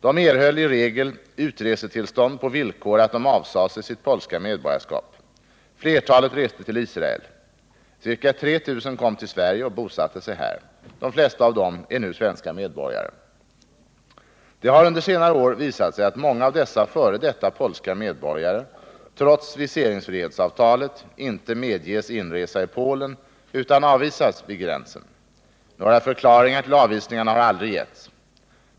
De erhöll i regel utresetillstånd på villkor att de avsade sig sitt polska medborgarskap. Flertalet reste till Israel. Ca 3 000 kom till Sverige och bosatte sig här. De flesta av dem är nu svenska medborgare. Det har under senare år visat sig att många av dessa f.d: polska medborgare, trots viseringsfrihetsavtalet, inte medges inresa i Polen utan avvisas vid gränsen. Några förklaringar till avvisningarna har aldrig getts.